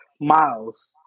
miles